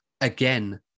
again